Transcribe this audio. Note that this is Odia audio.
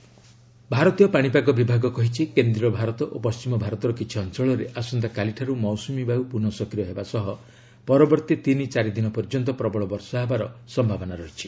ମନ୍ସୁନ୍ ଆକ୍ଟିଭ୍ ଭାରତୀୟ ପାଶିପାଗ ବିଭାଗ କହିଛି କେନ୍ଦ୍ରୀୟ ଭାରତ ଓ ପଶ୍ଚିମ ଭାରତର କିଛି ଅଞ୍ଚଳରେ ଆସନ୍ତାକାଲିଠାରୁ ମୌସୁମୀବାୟୁ ପୁନଃସକ୍ରିୟ ହେବା ସହ ପରବର୍ତ୍ତୀ ତିନି ଚାରି ଦିନ ପର୍ଯ୍ୟନ୍ତ ପ୍ରବଳ ବର୍ଷା ହେବାର ସମ୍ଭାବନା ରହିଛି